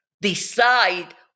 decide